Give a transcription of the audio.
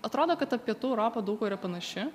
atrodo kad ta pietų europa daug kuo yra panaši